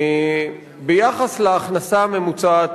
ביחס להכנסה הממוצעת